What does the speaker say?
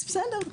אז בסדר,